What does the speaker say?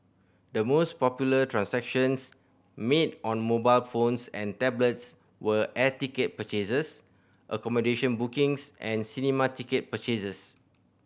the most popular transactions made on mobile phones and tablets were air ticket purchases accommodation bookings and cinema ticket purchases